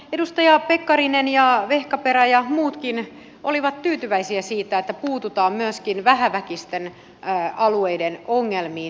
edustaja pekkarinen vehkaperä ja muutkin olivat tyytyväisiä siitä että puututaan myöskin vähäväkisten alueiden ongelmiin